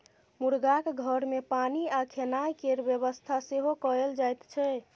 मुरगाक घर मे पानि आ खेनाइ केर बेबस्था सेहो कएल जाइत छै